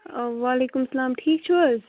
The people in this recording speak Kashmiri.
آ وعلیکُم سلام ٹھیٖک چھِو حظ